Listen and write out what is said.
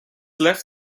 left